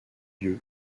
lieu